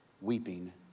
weeping